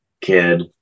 kid